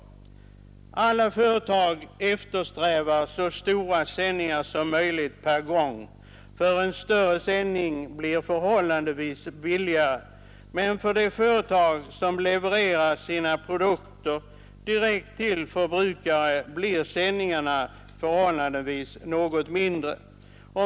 Alla företag eftersträvar så stora sändningar som möjligt per gång, eftersom en större sändning blir förhållandevis billigare. Men för de företag som levererar sina produkter direkt till förbrukare blir sändningarna något mindre.